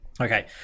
Okay